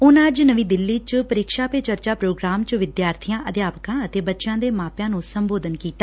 ਉਨੂਾ ੱਜ ਨਵੀ ਦਿੱਲੀ ਚ ਪ੍ਰੀਖਿਆ ਪੇ ਚਰਚਾ ਪ੍ਰੋਗਰਾਮ ਚ ਵਿਦਿਆਰਥੀਆਂ ਅਧਿਆਪਕਾ ਅਤੇ ਬੱਚਿਆਂ ਦੇ ਮਾਪਿਆਂ ਨੂੰ ਸੰਬੋਧਨ ਕੀਤਾ